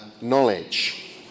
knowledge